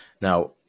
Now